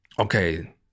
okay